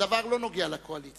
הדבר לא נוגע רק לאופוזיציה,